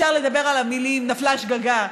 אפשר לדבר על המילים נפלה שגגה.